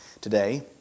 today